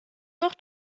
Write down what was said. noch